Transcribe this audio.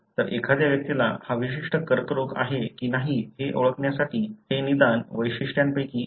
तर एखाद्या व्यक्तीला हा विशिष्ट कर्करोग आहे की नाही हे ओळखण्यासाठी हे निदान वैशिष्ट्यांपैकी एक आहे